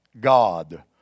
God